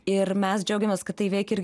ir mes džiaugiamės kad tai veikia ir